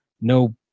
No